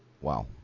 Wow